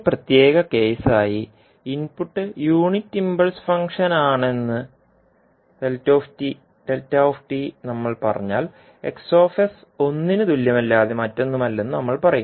ഒരു പ്രത്യേക കേസായി ഇൻപുട്ട് യൂണിറ്റ് ഇംപൾസ് ഫംഗ്ഷനാണെന്ന് നമ്മൾ പറഞ്ഞാൽ X ഒന്നിന് തുല്യമല്ലാതെ മറ്റൊന്നുമല്ലെന്ന് നമ്മൾ പറയും